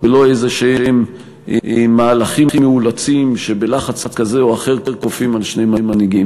ולא איזשהם מהלכים מאולצים שבלחץ כזה או אחר כופים על שני מנהיגים.